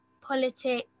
politics